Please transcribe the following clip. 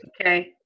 Okay